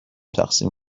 تقسیم